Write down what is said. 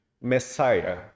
Messiah